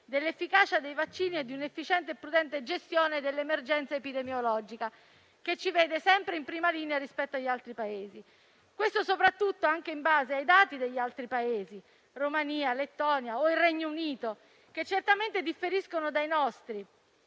dell'efficacia dei vaccini e di un'efficiente e prudente gestione dell'emergenza epidemiologica, che ci vede sempre in prima linea rispetto agli altri Paesi. Ciò emerge anche in considerazione dei dati di altri Paesi, come Romania, Lettonia o Regno Unito, che certamente differiscono dai nostri